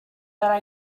that